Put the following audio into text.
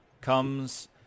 comes